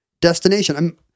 destination